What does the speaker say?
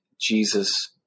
Jesus